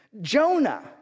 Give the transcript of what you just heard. Jonah